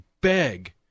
beg